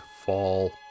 fall